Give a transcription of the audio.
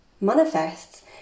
manifests